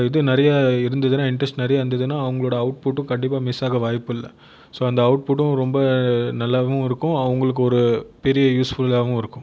இது நிறைய இருந்ததுனால் இன்ட்ரெஸ்ட் நிறைய இருந்ததுனால் அவங்களோட அவுட்புட்டும் கண்டிப்பாக மிஸ் ஆக வாய்ப்பு இல்லை ஸோ அந்த அவுட்புட்டும் ரொம்ப நல்லாவும் இருக்கும் அவங்களுக்கு ஒரு பெரிய யூஸ்ஃபுல்லாவும் இருக்கும்